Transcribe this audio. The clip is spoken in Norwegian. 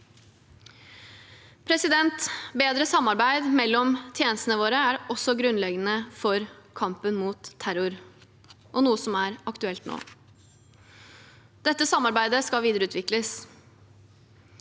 bredt. Bedre samarbeid mellom tjenestene våre er også grunnleggende for kampen mot terror, og er noe som er aktuelt nå. Dette samarbeidet skal videreutvikles.